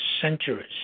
centuries